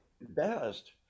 best